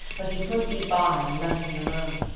but he put me by, and left me alone.